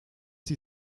sie